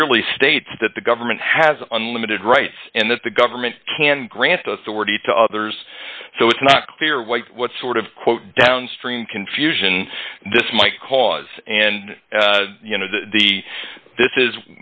clearly states that the government has unlimited rights and that the government can grant authority to others so it's not clear what sort of quote downstream confusion this might cause and you know the this is